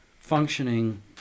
functioning